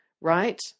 Right